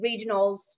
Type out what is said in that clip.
regionals